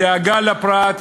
מדאגה לפרט,